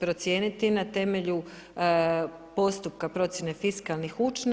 procijeniti na temelju postupka procjene fiskalnih učinaka.